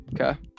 okay